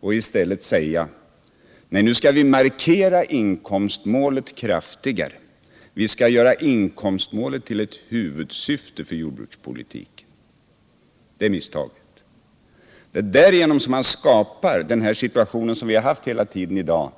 och säger i stället att vi nu skall markera inkomstmålet kraftigare och göra det till ett huvudsyfte för jordbrukspo litiken. Det är hans misstag, och det är därigenom som han skapar den — Nr 54 situation som förelegat under hela denna debatt i dag.